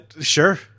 Sure